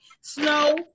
snow